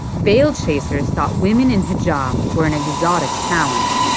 veil-chasers thought women in hijab were an exotic challenge,